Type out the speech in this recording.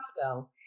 Chicago